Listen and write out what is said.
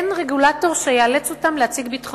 אין רגולטור שיאלץ אותן להציג ביטחונות.